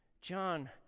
John